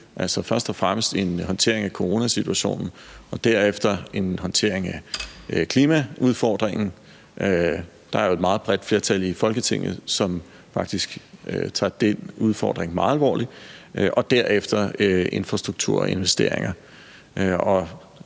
først og fremmest om en håndtering af coronasituationen og derefter en håndtering af klimaudfordringen. Der er jo et meget bredt flertal i Folketinget, som faktisk tager den udfordring meget alvorligt, og derefter er der infrastruktur og investeringer.